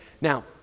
Now